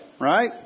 right